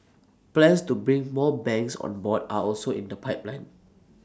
plans to bring more banks on board are also in the pipeline